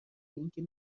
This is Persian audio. اینکه